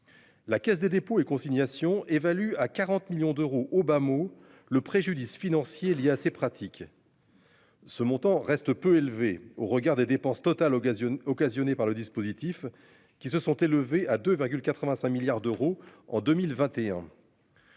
La Caisse des dépôts et consignations évalue à 40 millions d'euros au Bammou. Le préjudice financier il y a ces pratiques.-- Ce montant reste peu élevé au regard des dépenses totales occasionne occasionnés par le dispositif qui se sont élevés à 2,85 milliards d'euros en 2021.--